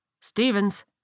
Stevens